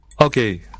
Okay